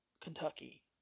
Kentucky